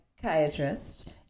psychiatrist